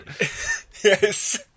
Yes